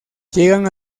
llegan